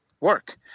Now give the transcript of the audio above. work